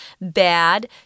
bad